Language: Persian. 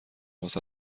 واست